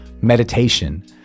meditation